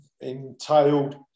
entailed